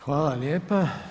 Hvala lijepa.